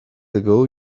ago